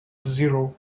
zero